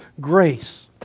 Grace